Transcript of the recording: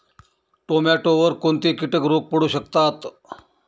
टोमॅटोवर कोणते किटक रोग पडू शकतात?